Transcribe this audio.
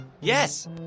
yes